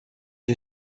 you